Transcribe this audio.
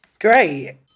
Great